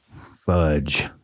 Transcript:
fudge